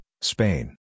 Spain